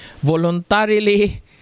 voluntarily